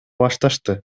башташты